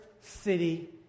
city